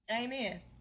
Amen